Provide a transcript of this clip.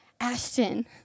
Ashton